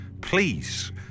please